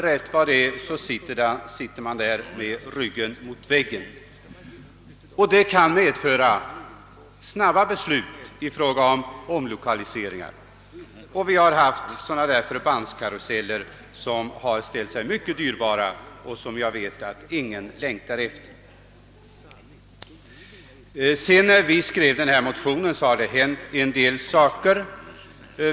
Rätt vad det är sitter man där med ryggen mot väggen, och man kan tvingas till snabba beslut i fråga om förbandsförflyttningar. Vi har haft nog av förbandskaruseller, vilka ställt sig mycket dyrbara och som jag vet att ingen längtar efter. Sedan vår motion skrevs har en del saker hänt på detta område.